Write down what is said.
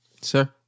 Sir